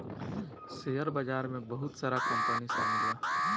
share बाजार में बहुत सारा कंपनी शामिल बा